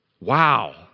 Wow